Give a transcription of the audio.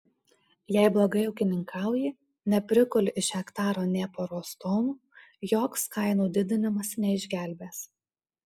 jei blogai ūkininkauji neprikuli iš hektaro nė poros tonų joks kainų didinimas neišgelbės